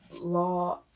law